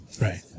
Right